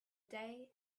day